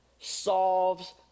solves